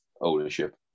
ownership